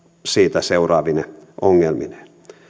siitä seuraavine ongelmineen